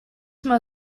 mal